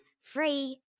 Free